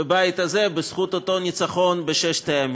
בבית הזה, בזכות אותו ניצחון בששת הימים.